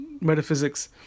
metaphysics